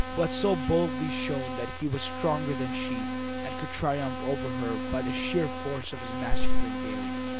who had so boldly shown that he was stronger than she and could triumph over her by the sheer force of his masculine daring.